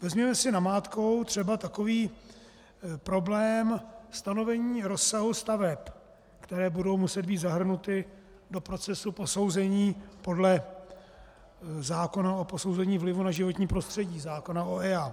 Vezměme si namátkou třeba takový problém stanovení rozsahu staveb, které budou muset být zahrnuty do procesu posouzení podle zákona o posouzení vlivu na životní prostředí, zákona o EIA.